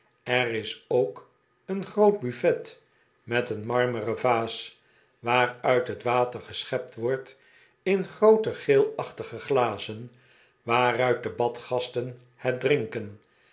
er is ook een groot buffet met een marmeren vaas waaruit het water geschept wordt in groote geelachtige glazen waaruit de badgasten het drinkenj